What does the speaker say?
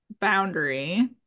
boundary